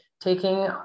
taking